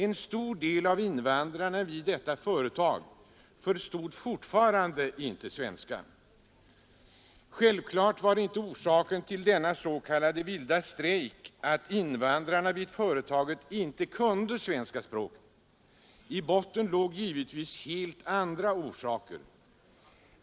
En stor del av invandrarna vid detta företag förstod fortfarande inte svenska, Självfallet var inte orsaken till denna s.k. vilda strejk att invandrarna i företaget inte kunde svenska. I botten låg givetvis helt andra orsaker.